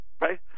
right